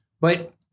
But-